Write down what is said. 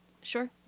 Sure